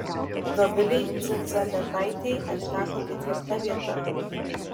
dovilei dzindzaletaitei atiteko ketvirta vieta